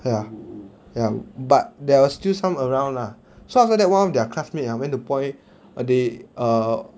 ya ya but there were still some around lah so after that one of their classmate ah went to point a day err